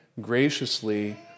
graciously